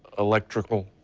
electrical,